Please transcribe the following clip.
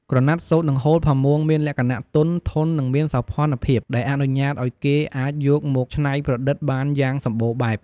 ក្រណាត់សូត្រ និងហូលផាមួង មានលក្ខណៈទន់ ធន់ និងមានសោភ័ណភាព ដែលអនុញ្ញាតឱ្យគេអាចយកមកច្នៃប្រតិដ្ឋបានយ៉ាងសម្បូរបែប។